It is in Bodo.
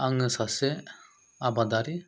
आङो सासे आबादारि